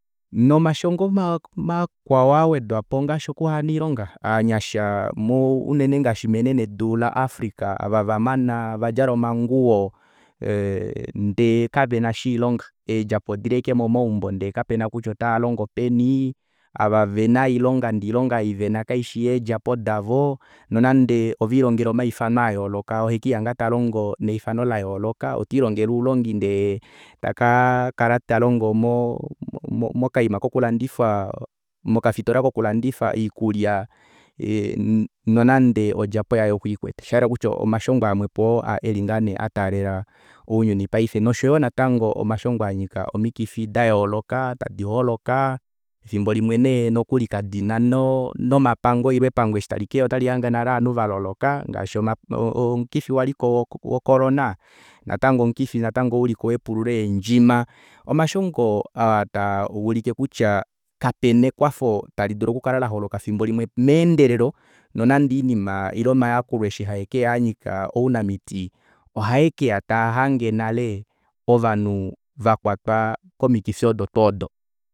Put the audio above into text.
Nomashongo makwao awedwapo ongaashi okuhena oilonga ovanyasha unene ngaashi menenedu la africa ava vamana vadjala omanguwo ndee kavenasha oilong eendjapo odili ashike momaumbo ndee kavena kutya otavalongo peni ava vena oilonga ndee oilonga ei vena kaishi yeedjapo davo nonande velilongela omaifano ayooloka ohekelihanga talongo neifano layooloka taka kala talongo ndee tekelihaluka talongo mokafitola kokulandifa oikulya nonande odjapo yaye okwiikwete oshayela kutya omashongo ngoo nee amwepo oo eli ataalela ounyuni paife noshoyo natango omashongo anyika omikifi dayooloka tadi holoka efimbo limwe nokuli kadina nomapango eshi epango talikeya otali hange nale ovanhu valoloka ngaashi omukifi waliko wocolona natango omukifi natango wepulu leendjima omashongo aa taulike kutya kapena ewako tali dulu okukala laholoka efimbo limwe meendelelo nonande oinima ile omayakulo eshi taikeya anyika ounamiti ohaekeya taahange nale ovanhu vakwatwa komikifi odo twoo odo